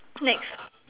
next